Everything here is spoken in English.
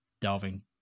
delving